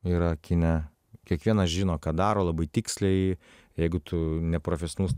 yra kine kiekvienas žino ką daro labai tiksliai jeigu tu neprofesionalus